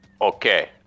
Okay